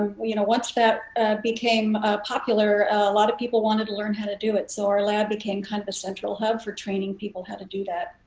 um you know once that became popular, a lot of people wanted to learn how to do it. so our lab became kind of a central hub for training people how to do that.